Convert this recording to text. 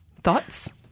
thoughts